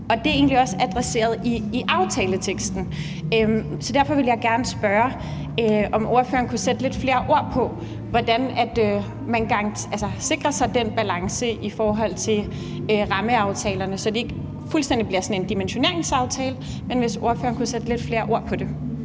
Det er egentlig også adresseret i aftaleteksten. Så derfor vil jeg gerne spørge, om ordføreren kunne sætte lidt flere ord på, hvordan man sikrer sig den balance i forhold til rammeaftalerne, så det ikke fuldstændig bliver sådan en dimensioneringsaftale. Kan ordføreren sætte lidt flere ord på det?